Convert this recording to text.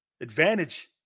Advantage